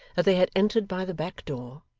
that they had entered by the back-door,